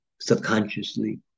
subconsciously